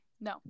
no